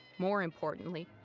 more importantly,